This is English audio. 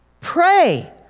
Pray